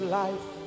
life